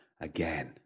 again